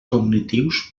cognitius